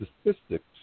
statistics